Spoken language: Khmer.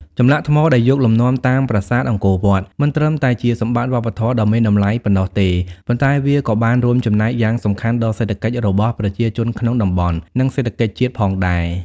ចម្លាក់ថ្មដែលយកលំនាំតាមប្រាសាទអង្គរវត្ត មិនត្រឹមតែជាសម្បត្តិវប្បធម៌ដ៏មានតម្លៃប៉ុណ្ណោះទេ ប៉ុន្តែវាក៏បានរួមចំណែកយ៉ាងសំខាន់ដល់សេដ្ឋកិច្ចរបស់ប្រជាជនក្នុងតំបន់ និងសេដ្ឋកិច្ចជាតិផងដែរ។